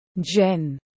Jen